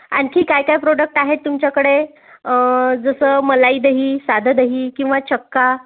आणखी काय काय प्रोडक्ट आहेत तुमच्याकडे जसं मलाई दही साधं दही किंवा चक्का